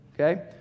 Okay